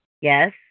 Yes